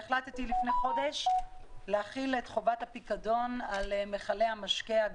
ולפני חודש החלטתי להחיל את חובת הפיקדון על מכלי המשקה,